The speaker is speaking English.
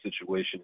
situation